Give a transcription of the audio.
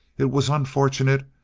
it was unfortunate,